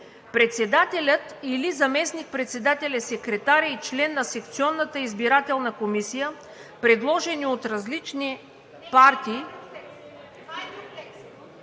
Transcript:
„Председателят или заместник-председателят, секретарят и член на секционната избирателна комисия, предложени от различни партии“